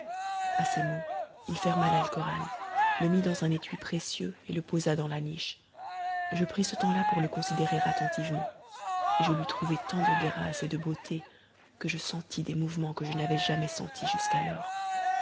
à ces mots il ferma l'alcoran le mit dans un étui précieux et le posa dans la niche je pris ce temps-là pour le considérer attentivement et je lui trouvai tant de grâce et de beauté que je sentis des mouvements que je n'avais jamais sentis jusqu'alors